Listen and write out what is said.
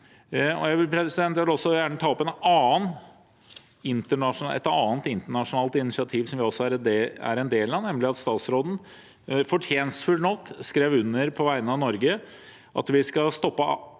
Jeg vil også gjerne ta opp et annet internasjonalt initiativ som vi er en del av, nemlig at statsråden, fortjenstfullt nok, på vegne av Norge skrev